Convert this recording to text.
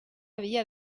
havia